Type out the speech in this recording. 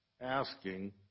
asking